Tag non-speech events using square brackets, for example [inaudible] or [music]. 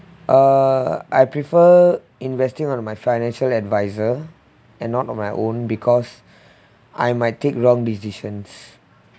uh I prefer investing on of my financial adviser and not on my own because [breath] I might take wrong decisions